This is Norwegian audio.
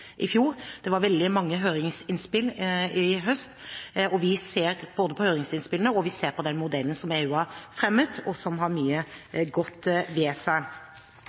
i fjor. Det var veldig mange høringsinnspill i høst, og vi ser både på høringsinnspillene og på den modellen som EU har fremmet, og som har mye godt ved seg.